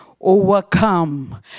Overcome